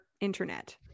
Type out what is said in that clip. internet